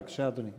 בבקשה, אדוני.